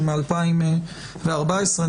הוא מ-2014,